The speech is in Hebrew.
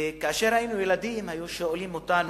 כאשר היינו ילדים, היו שואלים אותנו: